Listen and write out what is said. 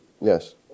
Yes